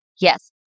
Yes